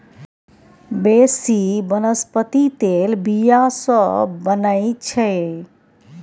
बेसी बनस्पति तेल बीया सँ बनै छै